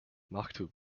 maktub